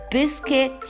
Biscuit